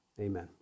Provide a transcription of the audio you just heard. Amen